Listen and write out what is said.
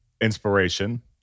inspiration